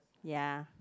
ya